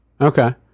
Okay